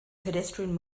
pedestrian